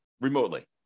remotely